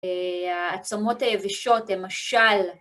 העצמות היבשות הם משל.